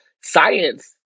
Science